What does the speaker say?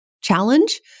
challenge